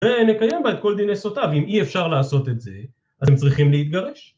ונקיים בה את כל דיני סוטה, ואם אי אפשר לעשות את זה, אז הם צריכים להתגרש